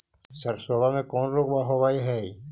सरसोबा मे कौन रोग्बा होबय है?